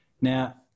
Now